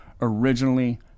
originally